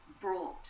brought